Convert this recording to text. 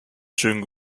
schönen